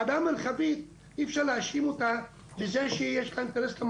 את הוועדה המרחבית אי אפשר להאשים בזה שיש לה אינטרס,